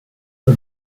for